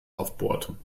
aufbohrte